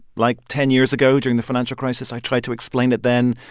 like, ten years ago during the financial crisis, i tried to explain it then.